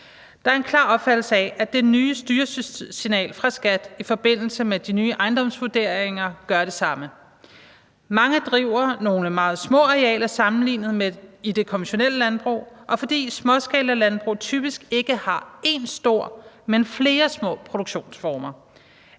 Der er en klar opfattelse af, at det nye styresignal i forbindelse med de nye ejendomsvurderinger gør det samme. Mange driver nogle meget små arealer sammenlignet med det konventionelle landbrug, og småskalalandbrug har typisk ikke én stor, men flere små produktionsformer.